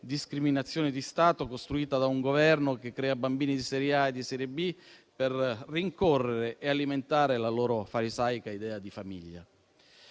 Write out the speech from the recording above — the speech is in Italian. discriminazione di Stato costruita da un Governo che crea bambini di serie A e di serie B per rincorrere e alimentare la loro farisaica idea di famiglia.